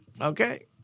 Okay